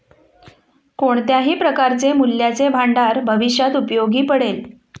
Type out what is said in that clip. कोणत्याही प्रकारचे मूल्याचे भांडार भविष्यात उपयोगी पडेल